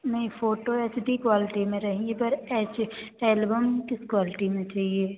नहीं photo H D quality में रहेगी पर एच एल्बम किस क्वालटी में चाहिए